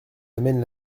amène